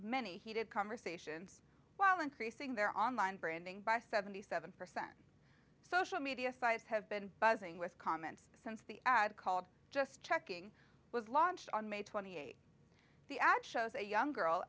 many heated conversations while increasing their online branding by seventy seven percent social media sites have been buzzing with comments since the ad called just checking was launched on may twenty eighth the action as a young girl